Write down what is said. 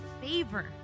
favor